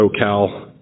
SoCal